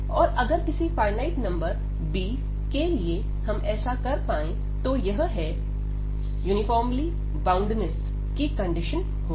और अगर किसी फाइनाइट नंबर b के लिए हम ऐसा कर पाए तो यह है यूनिफॉर्मली बाउंडनेस की कंडीशन होगी